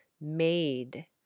Made